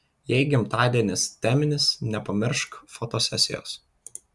jei gimtadienis teminis nepamiršk fotosesijos